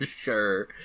sure